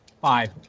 Five